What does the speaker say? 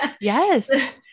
Yes